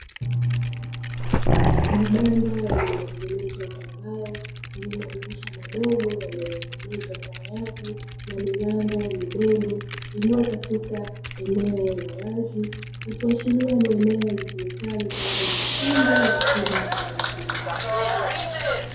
Mabanda yaliyotengenezwa kwa mbao yenye madirisha madogo yaliyotengenezwa kwa nyavu na milango midogo iliyo katika eneo la wazi, ikiashiria ni eneo litumikalo kwa ajili ya chanjo na tiba kwa mifugo.